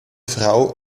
frau